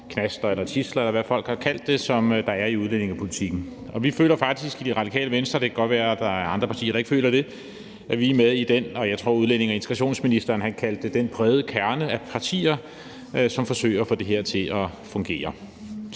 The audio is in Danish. knaster eller tidsler, eller hvad folk har kaldt det, som der er i udlændingepolitikken. Vi føler faktisk i Radikale Venstre – det kan godt være, at der er andre partier, der ikke føler det – at vi er med i det, som jeg tror udlændinge- og integrationsministeren kaldte den brede kerne af partier, som forsøger at få det her til at fungere.